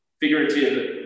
figurative